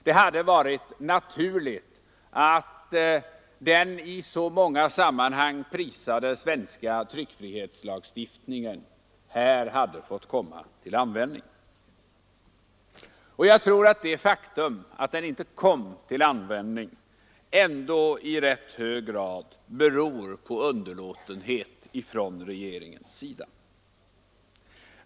Det hade varit naturligt att den i så många sammanhang prisade svenska tryckfrihetslagstiftningen här hade fått komma till användning. Det faktum att den inte kom till användning beror sannolikt i rätt hög grad på underlåtenhet från regeringens sida.